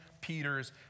Peter's